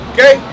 Okay